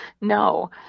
No